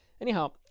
Anyhow